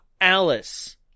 Alice